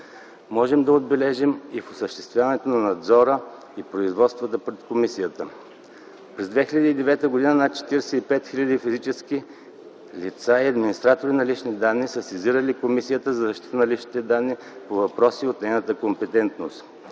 можем да отбележим и в осъществяването на надзора и производствата пред комисията. През 2009 г. над 45 хиляди физически лица и администратори на лични данни са сезирали Комисията за защита на личните данни по въпроси от нейната компетентност.